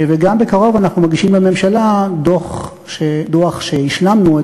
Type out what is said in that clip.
בקרוב אנחנו גם מגישים לממשלה דוח שהשלמנו את